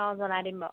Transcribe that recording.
অ জনাই দিম বাৰু